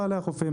בעלי החופים